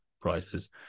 prices